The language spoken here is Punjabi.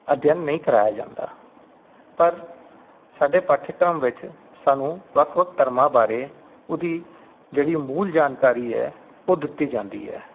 ਅਧਿਐਨ ਨਹੀਂ ਕਰਵਾਇਆ ਜਾਂਦਾ ਪਰ ਸਾਡੇ ਪਾਠਕ੍ਰਮ ਵਿੱਚ ਸਾਨੂੰ ਵੱਖ ਵੱਖ ਧਰਮਾਂ ਬਾਰੇ ਉਹਦੀ ਜਿਹੜੀ ਮੂਲ ਜਾਣਕਾਰੀ ਹੈ ਉਹ ਦਿੱਤੀ ਜਾਂਦੀ ਹੈ